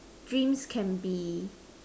dreams can be